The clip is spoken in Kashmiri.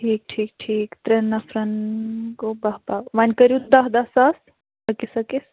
ٹھیٖک ٹھیٖک ٹھیٖک ترٛیٚن نفرَن گوٚو باہ باہ وۅنۍ کٔرِو دَہ دَہ ساس أکِس أکِس